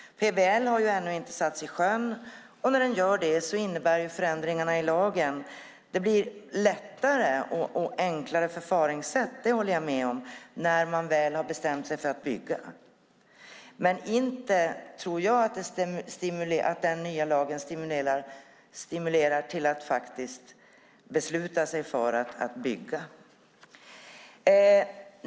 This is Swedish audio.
PBL har ännu inte satts i sjön, och när den gör det innebär förändringarna i lagen att det blir ett lättare och enklare förfaringssätt när man väl har bestämt sig för att bygga; det håller jag med om. Men inte tror jag att den nya lagen stimulerar någon att besluta sig för att bygga.